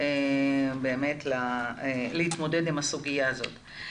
באמת להתמודד עם הסוגיה הזאת.